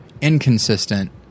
inconsistent